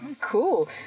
cool